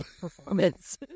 performance